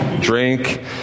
drink